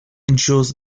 ensures